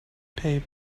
pay